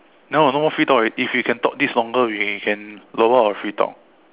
now got no more free talk already if you can talk this longer we can lower our free talk